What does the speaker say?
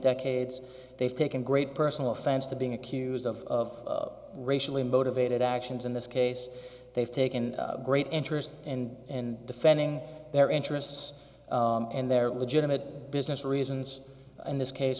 decades they've taken great personal offense to being accused of racially motivated actions in this case they've taken great interest in and defending their interests and their legitimate business reasons in this case